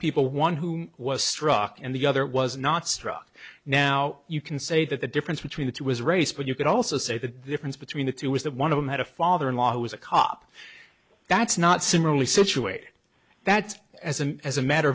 people one who was struck and the other was not struck now you can say that the difference between the two was race but you could also say the difference between the two was that one of them had a father in law who was a cop that's not similarly situated that's as a as a matter